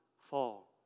fall